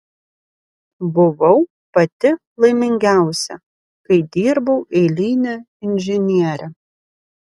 buvau pati laimingiausia kai dirbau eiline inžiniere